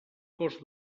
cos